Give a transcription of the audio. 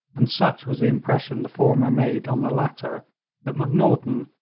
and such was the impression the former made on the latter that macnaghten,